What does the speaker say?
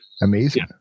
Amazing